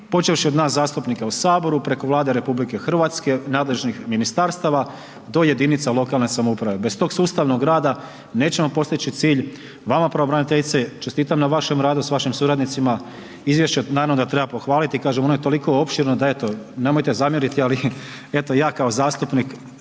počevši od nas zastupnika u Saboru, preko Vlade RH, nadležnih ministarstava do jedinica lokalne samouprave. Bez tog sustavnog rada nećemo postići cilj. Vama pravobraniteljice čestitam na vašem radu s vašim suradnicima, izvješće naravno da treba pohvaliti, kažem, ono je toliko opširno da eto, nemojte zamjeriti, ali eto ja kao zastupnik,